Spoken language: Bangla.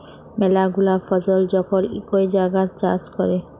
ম্যালা গুলা ফসল যখল ইকই জাগাত চাষ ক্যরে